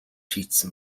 шийдсэн